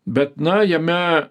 bet na jame